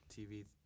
TV